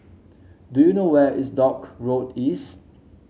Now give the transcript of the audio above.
do you know where is Dock Road East